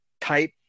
type